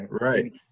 Right